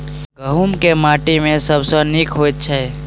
गहूम केँ माटि मे सबसँ नीक होइत छै?